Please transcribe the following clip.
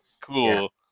cool